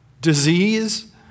disease